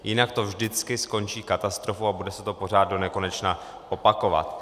Jinak to vždycky skončí katastrofou a bude se to pořád donekonečna opakovat.